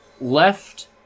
left